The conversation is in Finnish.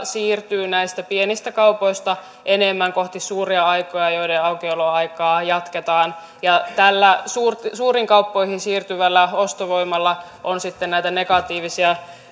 siirtyy näistä pienistä kaupoista enemmän kohti suuria kauppoja joiden aukioloaikaa jatketaan ja tällä suuriin suuriin kauppoihin siirtyvällä ostovoimalla on sitten näitä negatiivisia